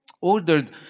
ordered